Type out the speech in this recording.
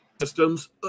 systems